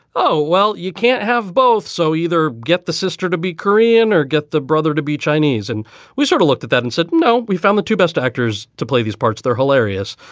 oh, well, you can't have both. so either get the sister to be korean or get the brother to be chinese. and we sort of looked at that and said, no, we found the two best actors to play these parts they're hilarious.